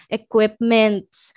equipments